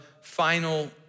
final